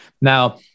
Now